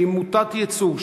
שהיא מוטת ייצוא,